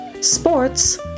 Sports